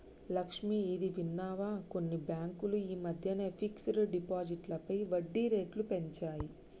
లక్ష్మి, ఇది విన్నావా కొన్ని బ్యాంకులు ఈ మధ్యన ఫిక్స్డ్ డిపాజిట్లపై వడ్డీ రేట్లు పెంచాయి